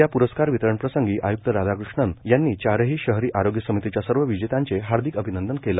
या प्रकार वितरण प्रसंगी आय्क्त राधाकृष्णन यांनी चारही शहरी आरोग्य समितीच्या सर्व विजेत्यांचे हार्दिक अभिनंदन केले